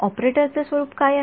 ऑपरेटरचे स्वरूप काय आहे